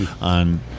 on